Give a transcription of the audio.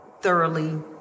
thoroughly